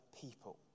people